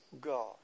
God